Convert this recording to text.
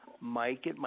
mike